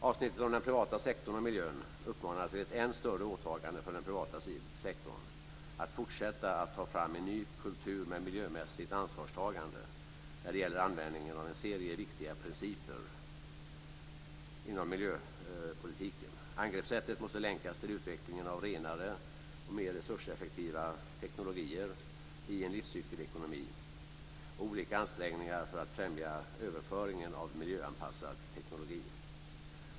Avsnittet om den privata sektorn och miljön uppmanar till ett än större åtagande för den privata sektorn att fortsätta att ta fram en ny kultur med miljömässigt ansvarstagande när det gäller användningen av en serie viktiga principer inom miljöpolitiken. Angreppssättet måste länkas till utvecklingen av renare och mer resurseffektiva teknologier i en livscykelekonomi och olika ansträngningar för att främja överföringen av miljöanpassad teknologi.